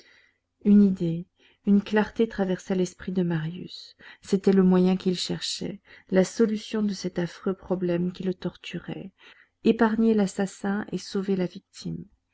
une idée une clarté traversa l'esprit de marius c'était le moyen qu'il cherchait la solution de cet affreux problème qui le torturait épargner l'assassin et sauver la victime